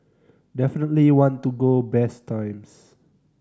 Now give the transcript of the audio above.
definitely want to go best times